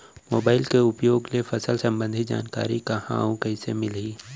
Mobile के उपयोग ले फसल सम्बन्धी जानकारी कहाँ अऊ कइसे मिलही?